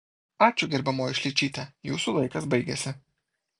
ačiū gerbiamoji šličyte jūsų laikas baigėsi